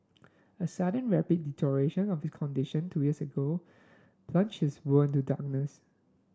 a sudden rapid deterioration of he condition two years ago plunged his world into darkness